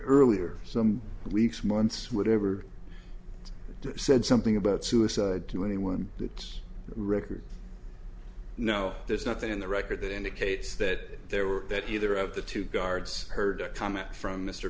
earlier some weeks months whatever said something about suicide to anyone it's record no there's nothing in the record that indicates that there were that either of the two guards heard a comment from m